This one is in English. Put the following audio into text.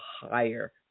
higher